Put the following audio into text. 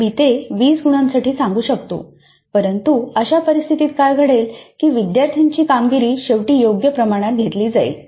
मी ते 20 गुणांसाठी सांगू शकतो परंतु अशा परिस्थितीत काय घडेल की विद्यार्थ्यांची कामगिरी शेवटी योग्य प्रमाणात घेतली जाईल